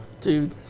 Dude